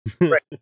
Right